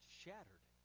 shattered